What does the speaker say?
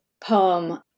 Poem